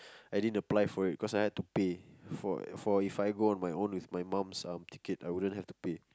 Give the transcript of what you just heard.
I didn't apply for it because I would have to pay for If I go on my own with my mom's ticket I wouldn't have to pay